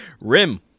Rim